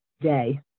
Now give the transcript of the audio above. day